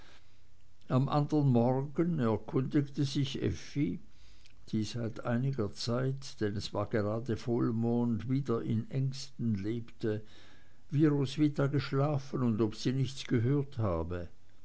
am andern morgen erkundigte sich effi die seit einiger zeit denn es war gerade vollmond wieder in ängsten lebte wie roswitha geschlafen und ob sie nichts gehört habe